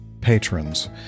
patrons